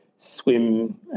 swim